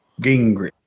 Gingrich